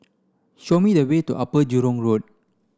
show me the way to Upper Jurong Road